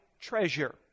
treasure